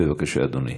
בבקשה, אדוני.